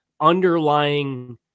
underlying